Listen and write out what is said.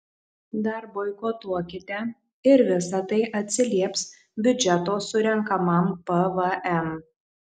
dar boikotuokite ir visa tai atsilieps biudžeto surenkamam pvm